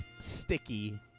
sticky